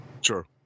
sure